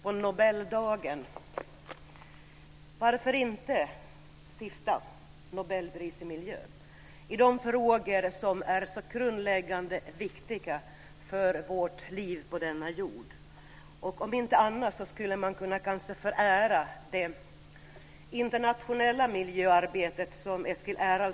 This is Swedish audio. Fru talman! Varför inte så här på Nobeldagen instifta ett Nobelpris i miljö? Dessa frågor är ju så grundläggande och viktiga för vårt liv på denna jord. Eskil Erlandsson kritiserade det internationella miljöarbetet här.